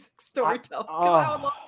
storytelling